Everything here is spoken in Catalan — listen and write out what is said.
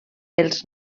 els